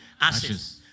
Ashes